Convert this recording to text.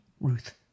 Ruth